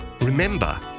Remember